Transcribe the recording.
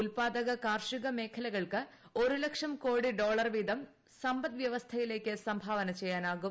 ഉൽപ്പാദക കാർഷിക മേഖലകൾക്ക് ഒരു ലക്ഷം കോടി ഡോളർ വീതം സമ്പദ്വ്യവസ്ഥയിലേക്ക് സംഭാവന ചെയ്യാനാകും